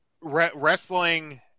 wrestling